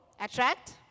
attract